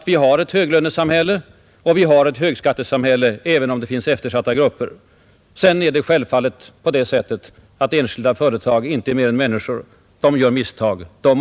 Vi har ett högskattesamhälle och ett höglönesamhälle, även om det finns eftersatta grupper. Enskilda som driver företag är inte mer än människor. Också de gör misstag.